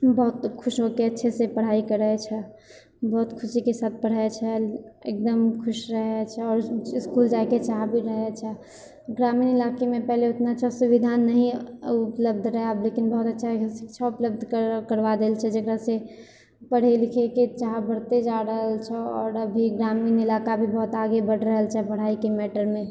बहुत खुश होके अच्छासँ पढ़ाइ करै छै बहुत खुशीके साथ पढ़ै छै एकदम खुश रहै छै आओर इसकुल जाइके चाह भी रहै छै ग्रामीण इलाकामे पहिले ओतना अच्छा सुविधा नहि उपलब्ध रहै आब लेकिन बहुत अच्छा शिक्षा उपलब्ध करबा देलऽ छै जाहिसँ पढ़ै लिखैके चाह बढ़िते जा रहल छै आओर अभी ग्रामीण इलाका भी बहुत आगे बढ़ि रहल छै पढ़ाइके मैटरमे